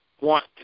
want